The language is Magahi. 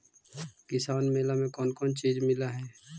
किसान मेला मे कोन कोन चिज मिलै है?